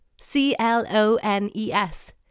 C-L-O-N-E-S